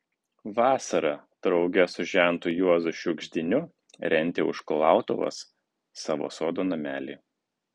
vasarą drauge su žentu juozu šiugždiniu rentė už kulautuvos savo sodo namelį